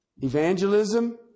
evangelism